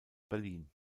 berlin